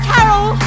Carol